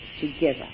together